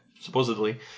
supposedly